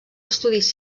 estudis